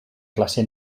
classe